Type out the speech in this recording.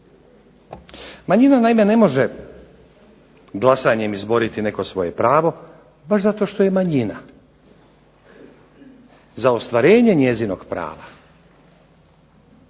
Manjina naime ne može glasanjem izboriti neko svoje pravo baš zato što je manjina. Za ostvarenje njezinog prava